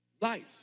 life